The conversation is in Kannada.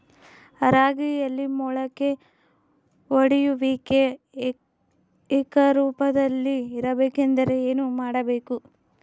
ರಾಗಿಯಲ್ಲಿ ಮೊಳಕೆ ಒಡೆಯುವಿಕೆ ಏಕರೂಪದಲ್ಲಿ ಇರಬೇಕೆಂದರೆ ಏನು ಮಾಡಬೇಕು?